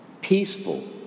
peaceful